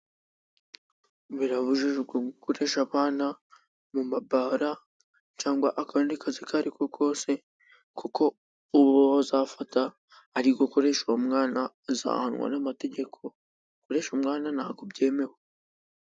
Birabujijwe gukoresha abana mu mabara cyangwa akandi kazi ako ari ko kose, kuko uwo bazafata ari gukoresha uwo mwana azahanwa n'amategeko. Gukoresha umwana ntabwo byemewe.